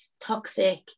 toxic